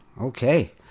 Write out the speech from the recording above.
Okay